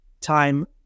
time